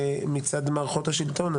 מצד מערכות השלטון.